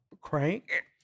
crank